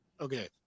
Okay